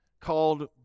called